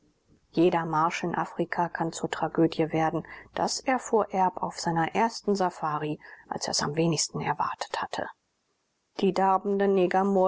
jeder marsch in afrika kann zur tragödie werden das erfuhr erb auf seiner ersten safari als er es am wenigsten erwartet hatte die